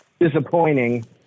disappointing